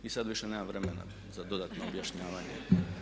I sad više nemam vremena za dodatno objašnjavanje.